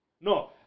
No